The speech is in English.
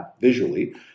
visually